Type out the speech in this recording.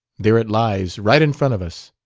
there it lies, right in front of us.